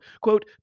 quote